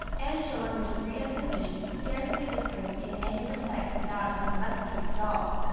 and showing a degree of submission scarcely differing in any respect from that of the domesticated dog.